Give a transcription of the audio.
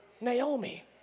Naomi